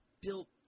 built